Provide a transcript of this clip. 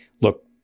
look